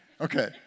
Okay